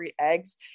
eggs